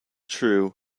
true